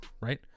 right